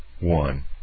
one